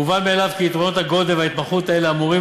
מובן מאליו כי יתרונות הגודל וההתמחות האלה אמורים